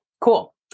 cool